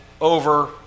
over